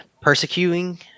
persecuting